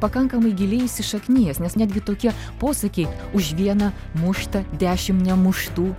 pakankamai giliai įsišaknijęs nes netgi tokie posakiai už vieną muštą dešimt nemuštų